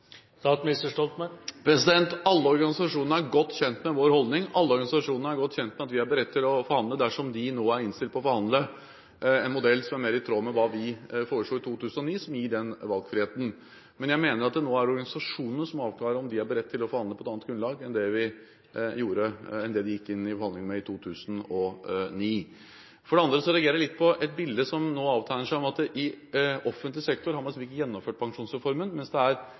Alle organisasjonene er godt kjent med vår holdning. Alle organisasjonene er godt kjent med at vi er beredt til å forhandle dersom de nå er innstilt på å forhandle en modell som er mer i tråd med hva vi foreslo i 2009, som gir den valgfriheten. Men jeg mener at det nå er organisasjonene som må avklare om de er beredt til å forhandle på et annet grunnlag enn det de gikk inn i forhandlinger med i 2009. For det andre reagerer jeg litt på et bilde som nå avtegner seg om at man i offentlig sektor ikke har gjennomført pensjonsreformen, mens det er «orden og reda» i privat sektor. Det er